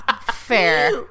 Fair